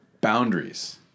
boundaries